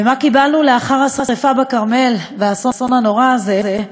ומה קיבלנו לאחר השרפה בכרמל והאסון הנורא הזה?